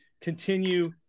continue